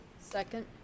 Second